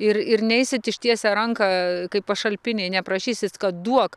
ir ir neisit ištiesę ranką kaip pašalpiniai neprašysit duok